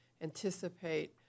anticipate